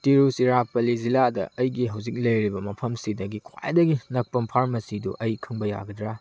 ꯇꯤꯔꯨꯆꯤꯔꯥꯞꯄꯂꯤ ꯖꯤꯜꯂꯥꯗ ꯑꯩꯒꯤ ꯍꯧꯖꯤꯛ ꯂꯩꯔꯤꯕ ꯃꯐꯝꯁꯤꯗꯒꯤ ꯈ꯭ꯋꯥꯏꯗꯒꯤ ꯅꯛꯄ ꯐꯥꯔꯃꯥꯁꯤꯗꯨ ꯑꯩ ꯈꯪꯕ ꯌꯥꯒꯗ꯭ꯔꯥ